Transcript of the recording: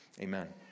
Amen